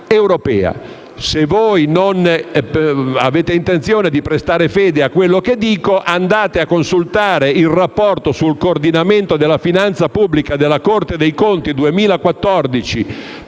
Se non avete intenzione di prestare fede a quanto dico, andate a consultare il rapporto sul coordinamento della finanza pubblica per il 2014